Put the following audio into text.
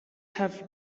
have